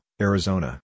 Arizona